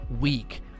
week